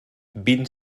vint